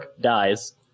dies